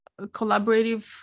collaborative